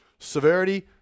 severity